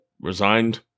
resigned